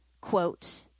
quote